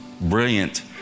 brilliant